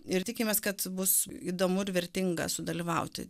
ir tikimės kad bus įdomu ir vertinga sudalyvauti